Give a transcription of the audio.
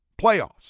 playoffs